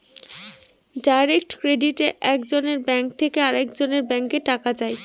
direct ক্রেডিটে এক জনের ব্যাঙ্ক থেকে আরেকজনের ব্যাঙ্কে টাকা যায়